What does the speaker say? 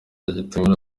yagitumiwemo